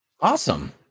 awesome